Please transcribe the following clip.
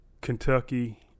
Kentucky